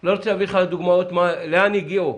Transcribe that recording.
לא רוצה לתת לך דוגמאות לאן הגענו.